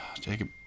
Jacob